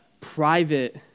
private